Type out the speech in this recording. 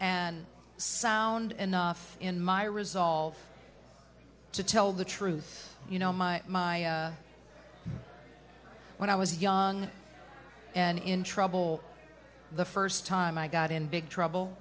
and sound enough in my resolve to tell the truth you know my my when i was young and in trouble the first time i got in big trouble